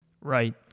Right